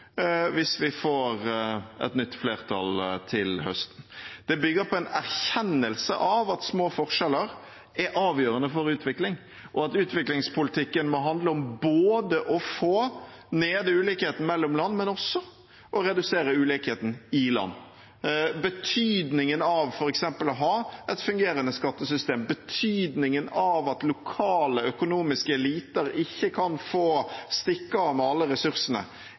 hvis vi får et nytt flertall til høsten. Dette bygger på en erkjennelse av at små forskjeller er avgjørende for utvikling, og at utviklingspolitikken må handle om å få ned ulikheten mellom land, men også om å redusere ulikheten i land. Betydningen av f.eks. å ha et fungerende skattesystem, betydningen av at lokale økonomiske eliter ikke kan få stikke av med alle ressursene,